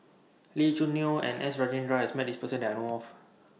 Lee Choo Neo and S Rajendran has Met This Person that I know of